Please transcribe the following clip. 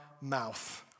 mouth